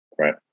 Right